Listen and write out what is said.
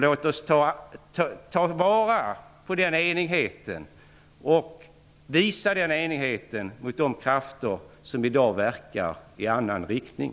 Låt oss ta vara på den enigheten och visa den enigheten mot de krafter som i dag verkar i annan riktning.